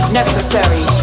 necessary